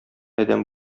адәм